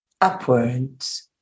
upwards